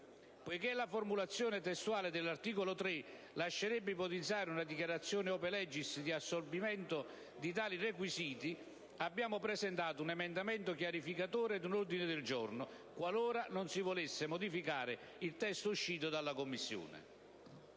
Poiché la formulazione testuale dell'articolo 3 lascerebbe ipotizzare una dichiarazione *ope legis* di assolvimento di tali requisiti, abbiamo presentato un emendamento chiarificatore ed un ordine del giorno, qualora non si volesse modificare il testo uscito dalla Commissione.